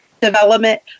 development